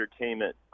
entertainment